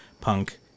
punk